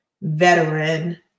veteran